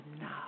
now